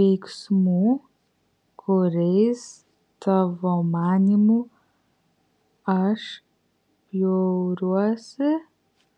veiksmų kuriais tavo manymu aš bjauriuosi